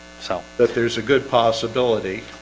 so that there's a good possibility